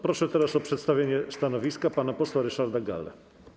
Proszę teraz o przedstawienie stanowiska pana posła Ryszarda Gallę.